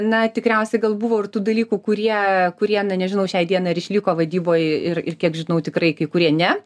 na tikriausiai gal buvo ir tų dalykų kurie kurie na nežinau šiai dienai ar išliko vadyboj ir ir kiek žinau tikrai kai kurie ne